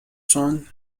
son